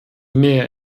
mehr